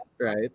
right